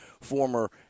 former